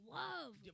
love